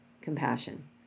compassion